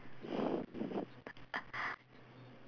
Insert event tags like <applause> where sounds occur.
<breath> <laughs>